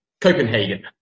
Copenhagen